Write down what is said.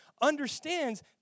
understands